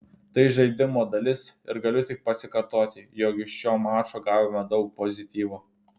tai žaidimo dalis ir galiu tik pasikartoti jog iš šio mačo gavome daug pozityvo